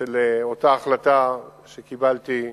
של אותה ההחלטה שקיבלתי: